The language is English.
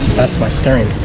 that's my stirring